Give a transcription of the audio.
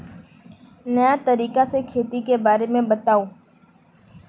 नया तरीका से खेती के बारे में बताऊं?